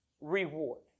reward